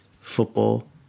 Football